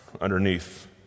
underneath